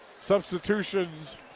Substitutions